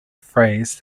phrase